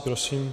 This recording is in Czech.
Prosím.